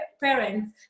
parents